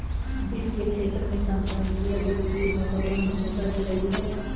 वित्त के क्षेत्र में संगणकीय वित्त की महत्वपूर्ण भूमिका भी रही है